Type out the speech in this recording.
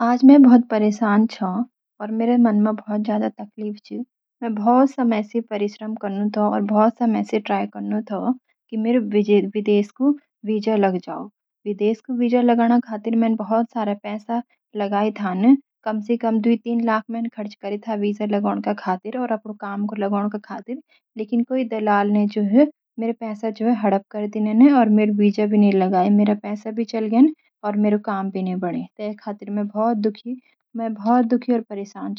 आज मैं बहुत परेशान छूं और मेरा मन मा बहुत ज्यादा तकलीफ छ। मैं बहुत समय सी परिश्रम कनु थो और ट्राई कनू थो की मेरू विदेश को वीजा लगी जाऊ । विदेश का वीजा लगान का खातिर मैं न बहुत पैसा लगाई था कम सी कम द्वि सी तीन लाख मैंन खर्च करी था अप्डा वीजा लगान का खातिर और आपडा काम का खातिर लेकिन कोई दलाल न जु छ मेरा पैसा हड़प करी देनी न अर मेरू वीजा भी नि लगाई। मेरा पैसा भी चली गिन अर मेरू काम भी नि बनी ते खातिर मैं बहुत दुखी और परेशान छो।